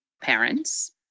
parents